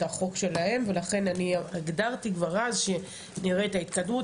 החוק שלהם ולכן אני הגדרתי כבר אז שנראה את ההתקדמות,